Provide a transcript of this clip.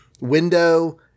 window